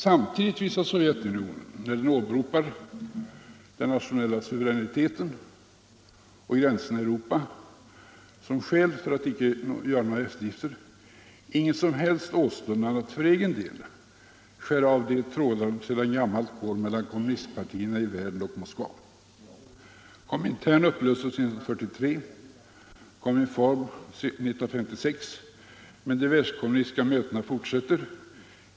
Samtidigt visar Sovjetunionen, när landet åberopar den nationella suveräniteten och gränserna i Europa som skäl för att inte göra några eftergifter, ingen som helst åstundan att för egen del skära av de trådar som sedan gammalt går mellan kommunistpartierna i Moskva och världen i övrigt. Komintern upplöstes 1943, Kominform 1946, men de världskommunistiska mötena fortsätter.